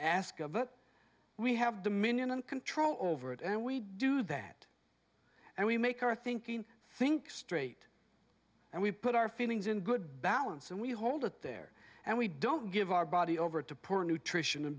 what we have dominion and control over it and we do that and we make our thinking think straight and we put our feelings in good balance and we hold it there and we don't give our body over to poor nutrition and